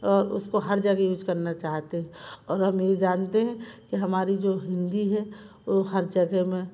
और उसको हर जगह यूज़ करना चाहते हैं और हम ये जानते हैं कि हमारी जो हिंदी है वो हर जगह में